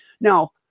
Now